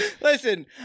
Listen